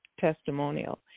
testimonial